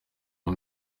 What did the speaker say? bya